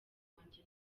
wanjye